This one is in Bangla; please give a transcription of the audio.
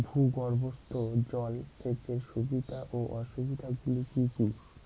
ভূগর্ভস্থ জল সেচের সুবিধা ও অসুবিধা গুলি কি কি?